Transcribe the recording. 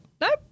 nope